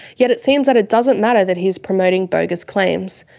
yet it seems that it doesn't matter that he is promoting bogus claims,